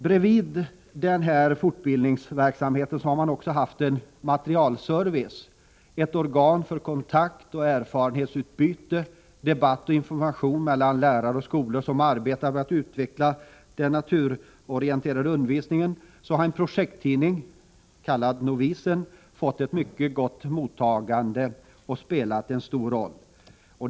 Bredvid denna fortbildningsverksamhet har man också givit en material service. Såsom ett organ för kontakt, erfarenhetsutbyte, debatt och informa = Nr 113 tion m.m. mellan lärare och skolor som arbetar med att utveckla den Onsdagen den naturorienterade undervisningen har projekttidningen Novisen fått ett 10 april 1985 mycket gott mottagande och spelat en stor roll.